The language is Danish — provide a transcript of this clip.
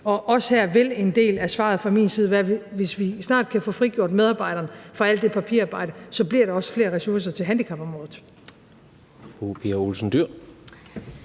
og også her vil en del af svaret fra min side være, at hvis vi snart kan få frigjort medarbejderen fra alt det papirarbejde, bliver der også flere ressourcer til handicapområdet.